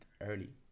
early